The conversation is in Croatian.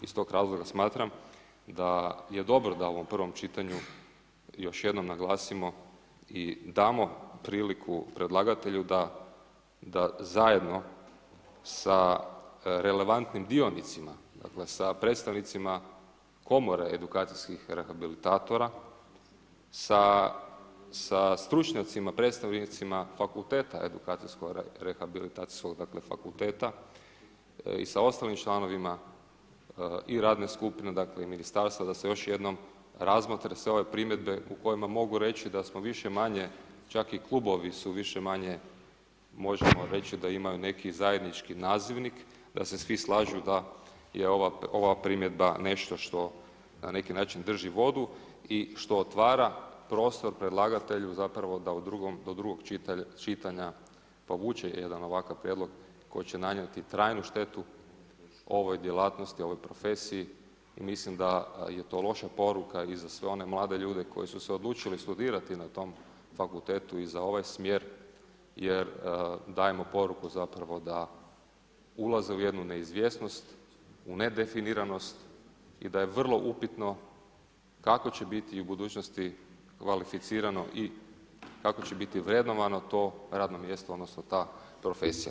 I iz tog razloga smatram da je dobro da u ovom prvom čitanju još jednom naglasimo i damo priliku predlagatelju da zajedno sa relevantnim dionicima, dakle sa predstavnicima komore edukacijskih rehabilitatora, sa stručnjacima, predstavnicima fakulteta edukacijsko rehabilitacijskog dakle fakulteta i sa ostalim članovima i radne skupine, dakle i ministarstva da se još jednom razmotre sve ove primjedbe u kojima mogu reći da smo više-manje čak i klubovi su više-manje, možemo reći da imaju neki zajednički nazivnik da se svi slažu da je ova primjedba nešto što na neki način drži vodu i što otvara prostor predlagatelju zapravo da do drugog čitanja povuče jedan ovakav prijedlog koji će nanijeti trajnu štetu ovoj djelatnosti, ovoj profesiji i mislim da je to loša poruka i za sve one mlade ljude koji su se odlučili studirati na tom fakultetu i za ovaj smjer jer dajemo poruku zapravo da ulaze u jednu neizvjesnost, u nedefiniranost i da je vrlo upitno kako će biti i u budućnosti kvalificirano i kako će biti vrednovano to radno mjesto odnosno ta profesija.